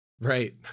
Right